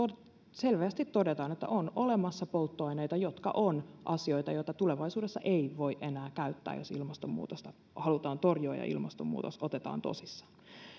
selvästi todetaan että on olemassa polttoaineita jotka ovat asioita joita tulevaisuudessa ei voi enää käyttää jos ilmastonmuutosta halutaan torjua ja ilmastonmuutos otetaan tosissaan